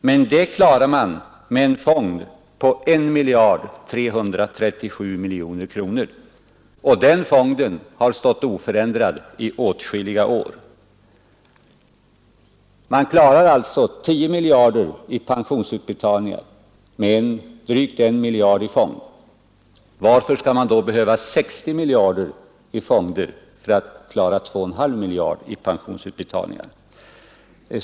Men det klarar man med en fond på 1 337 miljoner kronor. Och den fonden har varit oförändrad i åtskilliga år. Man klarar alltså i ena fallet 10 miljarder i pensionsutbetalningar med en fond på drygt 1 miljard. Varför skall man då i det andra fallet behöva 60 miljarder i fonder för att klara 2,5 miljarder i pensionsutbetalningar?